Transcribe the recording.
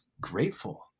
grateful